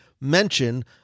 mention